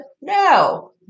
No